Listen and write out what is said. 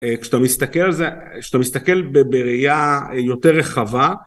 כשאתה מסתכל בראייה יותר רחבה.